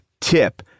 tip